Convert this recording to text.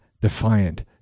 defiant